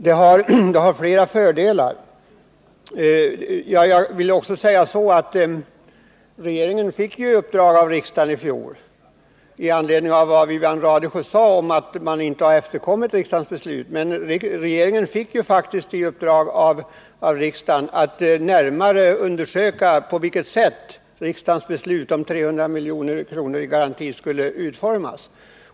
Det har flera fördelar. Med anledning av vad Wivi-Anne Radesjö sade om att regeringen inte har efterkommit riksdagens beslut i fjol vill jag säga att regeringen faktiskt fick i uppdrag av riksdagen att närmare undersöka på vilket sätt riksdagens beslut om en garantigivning på 300 milj.kr. skulle utformas.